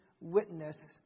witness